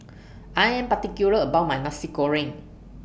I Am particular about My Nasi Goreng